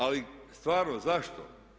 Ali stvarno, zašto?